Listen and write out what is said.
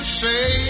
say